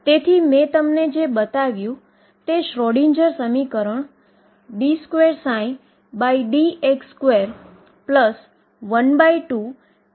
તેથી આ બધી 3 બધી જ વસ્તુઓ હું કહીશ કે જ્યા ψ સારી રીતે વર્તે છે